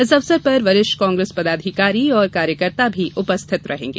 इस अवसर पर वरिष्ठ कांग्रेस पदाधिकारी एवं कार्यकर्ता भी उपस्थित रहेंगे